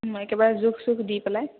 একেবাৰে জোখ চোখ দি পেলাই